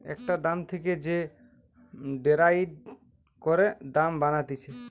একটা দাম থেকে যে ডেরাইভ করে দাম বানাতিছে